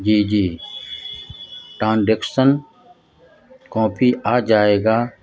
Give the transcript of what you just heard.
جی جی ٹرانزیکشن کافی آ جائے گا